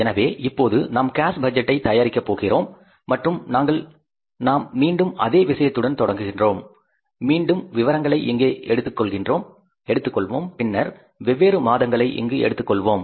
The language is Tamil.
எனவே இப்போது நாம் கேஸ் பட்ஜெட்டை தயாரிக்கப்போகிறோம் மற்றும் நாம் மீண்டும் அதே விஷயத்துடன் தொடங்குகிறோம் மீண்டும் விவரங்களை இங்கே எடுத்துக்கொள்வோம் பின்னர் வெவ்வேறு மாதங்களை இங்கு எடுத்துக்கொள்வோம்